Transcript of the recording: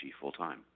full-time